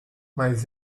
mas